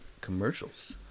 commercials